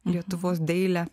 lietuvos dailę